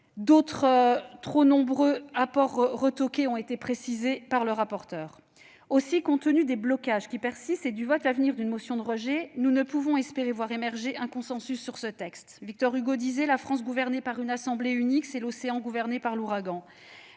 D'autres trop nombreux apports retoqués ont été rappelés par le rapporteur général. Compte tenu des blocages qui persistent et du vote à venir d'une motion de rejet, nous ne pouvons espérer voir émerger un consensus sur ce texte. Victor Hugo disait :« La France gouvernée par une assemblée unique, c'est-à-dire l'océan gouverné par l'ouragan.